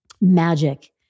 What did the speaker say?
magic